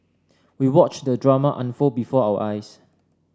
we watched the drama unfold before our eyes